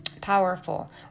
powerful